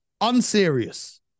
Unserious